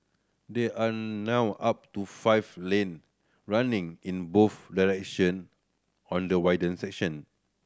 there are now up to five lane running in both direction on the widened section